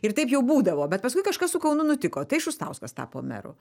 ir taip jau būdavo bet paskui kažkas su kaunu nutiko tai šustauskas tapo meru